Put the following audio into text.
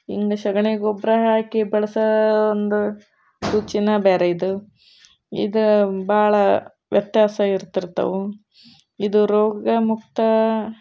ಹಿಂಗ ಸೆಗಣಿ ಗೊಬ್ರ ಹಾಕಿ ಬೆಳೆಸೋ ಒಂದು ರುಚಿನೇ ಬೇರೆ ಇದು ಇದು ಭಾಳ ವ್ಯತ್ಯಾಸ ಇರ್ತಿರ್ತವೆ ಇದು ರೋಗಮುಕ್ತ